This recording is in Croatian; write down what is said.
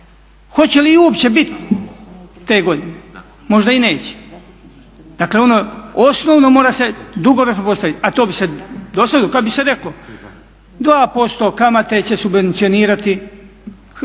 Hoće li ih uopće biti te godine? možda i neće. Dakle ono osnovno mora se dugoročno postaviti, a to bi se postavilo kada bi se reklo 2% kamate će subvencionirati državni